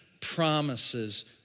promises